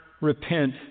repent